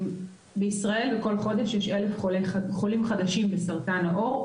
בישראל כל חודש יש אלף חולים חדשים בסרטן העור,